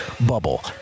bubble